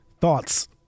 thoughts –